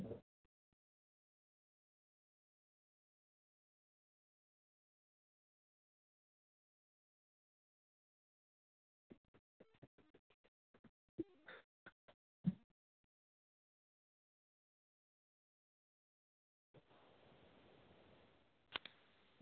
अ